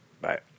Bye